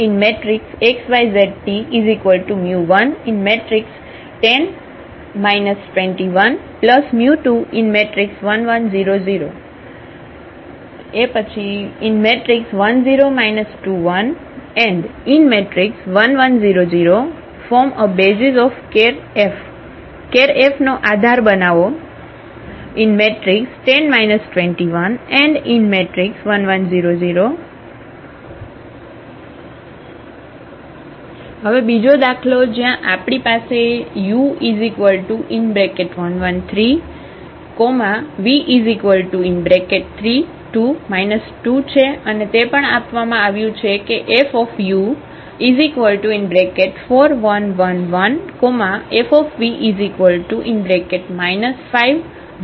⟹x y z t 11 0 2 1 21 1 0 0 ⟹1 0 2 1 1 1 0 0 form a basis of ker F ker F નો આધાર બનાવો ⟹1 0 2 1 1 1 0 0 હવે બીજો દાખલો જ્યાં આપણી પાસેu113v32 2 છે અને તે પણ આપવામાં આવ્યું છે કેFu4111Fv 51 33